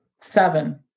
Seven